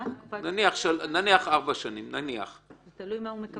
נניח ארבע שנים --- זה תלוי מה הוא מקבל.